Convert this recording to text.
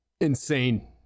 insane